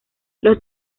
los